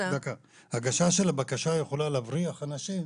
הגשה של בקשה יכולה להבריח אנשים